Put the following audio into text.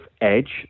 edge